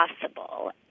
possible